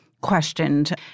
questioned